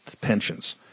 pensions